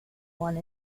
one